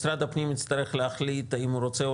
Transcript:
משרד הפנים יצטרך להחליט האם הוא רוצה או